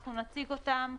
שאנחנו נציג אותם.